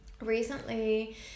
recently